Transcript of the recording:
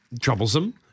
troublesome